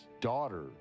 daughter